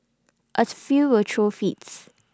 A few will throw fits